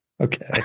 okay